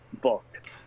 booked